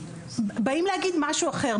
באים להגיד משהו אחר.